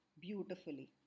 beautifully